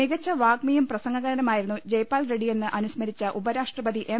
മികച്ച് വാഗ്മിയും പ്രസംഗകനുമായിരുന്നു ജയ്പാൽറെഡ്ഡി എന്ന് അനു സ്മരിച്ച ഉപരാഷ്ട്രപതി എം